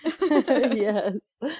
Yes